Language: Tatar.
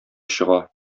чыга